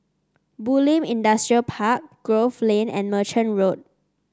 Bulim Industrial Park Grove Lane and Merchant Road